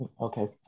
okay